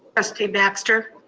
trustee baxter,